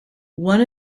one